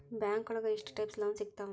ಬ್ಯಾಂಕೋಳಗ ಎಷ್ಟ್ types loan ಸಿಗ್ತಾವ?